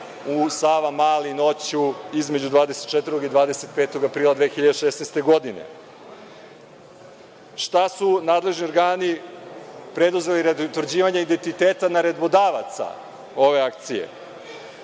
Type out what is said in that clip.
u Savamali noću između 24. i 25. aprila 2016. godine? Šta su nadležni organi preduzeli radi utvrđivanja identiteta naredbodavaca ove akcije?